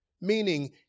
Meaning